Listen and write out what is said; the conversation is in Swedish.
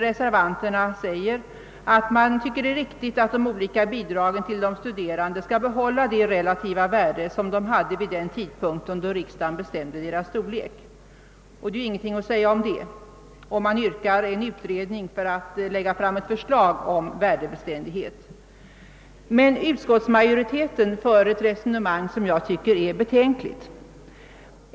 Reservanterna anser att det är riktigt att de olika bidragen till de studerande skall behålla det värde, som de hade vid den tidpunkt då riksdagen bestämde deras storlek. Reservanterna yrkar på en utredning, som skall lägga fram ett förslag om värdebeständighet. Utskottsmajoriteten för emellertid ett resonemang som enligt min mening är betänkligt.